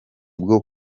bwo